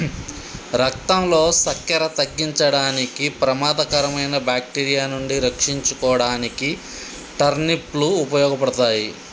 రక్తంలో సక్కెర తగ్గించడానికి, ప్రమాదకరమైన బాక్టీరియా నుండి రక్షించుకోడానికి టర్నిప్ లు ఉపయోగపడతాయి